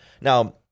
Now